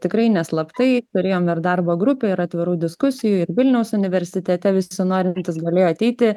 tikrai ne slaptai turėjom ir darbo grupę ir atvirų diskusijų ir vilniaus universitete visi norintys galėjo ateiti